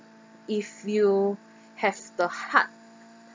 if you have the heart